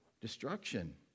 destruction